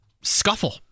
scuffle